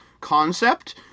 concept